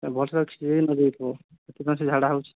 ଆଉ ଭଲସେ ସିଝା ହେଇ ନ ଯାଇଥିବ ସେଥିପାଇଁ ସେ ଝାଡ଼ା ହେଉଛି